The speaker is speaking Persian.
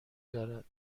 دارد